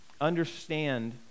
understand